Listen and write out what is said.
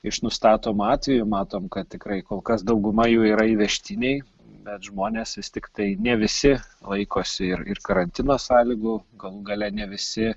iš nustatomų atvejų matom kad tikrai kol kas dauguma jų yra įvežtiniai bet žmonės vis tiktai ne visi laikosi ir ir karantino sąlygų galų gale ne visi